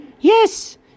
Yes